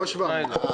לא 700 מיליון.